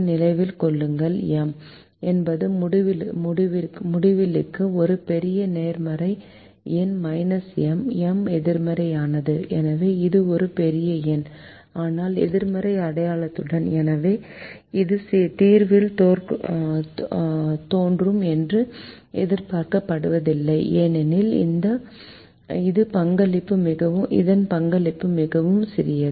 நினைவில் கொள்ளுங்கள் M என்பது முடிவிலிக்கு ஒரு பெரிய நேர்மறை எண் M M எதிர்மறையானது எனவே இது ஒரு பெரிய எண் ஆனால் எதிர்மறை அடையாளத்துடன் எனவே இது தீர்வில் தோன்றும் என்று எதிர்பார்க்கப் படுவதில்லை ஏனெனில் இது பங்களிப்பு மிகவும் மிகவும் சிறியது